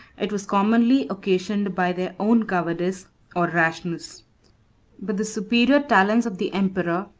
it was commonly occasioned by their own cowardice or rashness but the superior talents of the emperor,